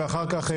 ואחר כך,